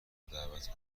دعوت